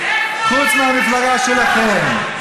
חוץ מהמפלגה שלכם.